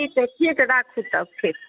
ठीक छै ठीक राखु तब ठीक